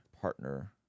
partner